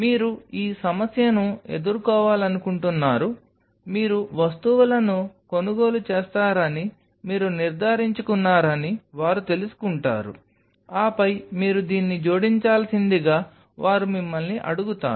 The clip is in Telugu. మీరు ఈ సమస్యను ఎదుర్కోవాలనుకుంటున్నారు మీరు వస్తువులను కొనుగోలు చేస్తారని మీరు నిర్ధారించుకున్నారని వారు తెలుసుకుంటారు ఆపై మీరు దీన్ని జోడించాల్సిందిగా వారు మిమ్మల్ని అడుగుతారు